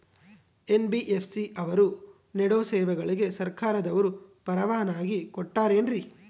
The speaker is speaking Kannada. ಎನ್.ಬಿ.ಎಫ್.ಸಿ ಅವರು ನೇಡೋ ಸೇವೆಗಳಿಗೆ ಸರ್ಕಾರದವರು ಪರವಾನಗಿ ಕೊಟ್ಟಾರೇನ್ರಿ?